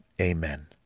Amen